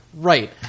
Right